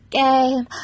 game